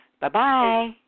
bye-bye